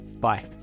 Bye